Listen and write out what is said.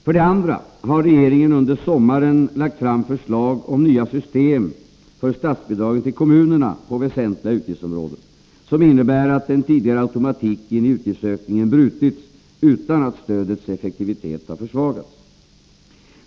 För det andra har regeringen under sommaren lagt fram förslag om nya system för statsbidragen till kommunerna på väsentliga utgiftsområden, som innebär att den tidigare automatiken i utgiftsökningen brutits utan att stödets effektivitet har försvagats.